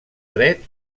dret